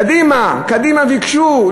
קדימה ביקשו,